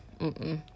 mm-mm